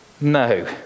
No